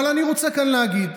אבל אני רוצה כאן להגיד: